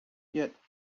yet